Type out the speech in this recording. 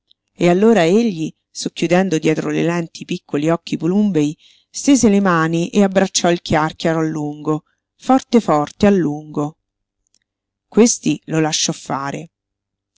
e allora egli socchiudendo dietro le lenti i piccoli occhi plumbei stese le mani e abbracciò il chiàrchiaro a lungo forte forte a lungo questi lo lasciò fare